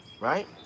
right